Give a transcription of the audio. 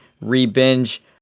re-binge